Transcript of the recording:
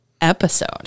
episode